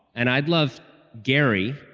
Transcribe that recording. and i'd love gary